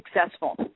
successful